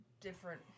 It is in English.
different